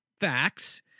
facts